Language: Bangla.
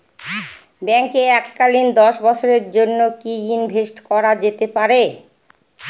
ব্যাঙ্কে এককালীন দশ বছরের জন্য কি ইনভেস্ট করা যেতে পারে?